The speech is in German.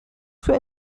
für